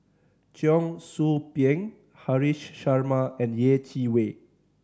Cheong Soo Pieng Haresh Sharma and Yeh Chi Wei